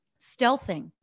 Stealthing